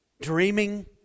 dreaming